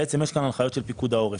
בעצם יש כאן הנחיות של פיקוד העורף,